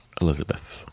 Elizabeth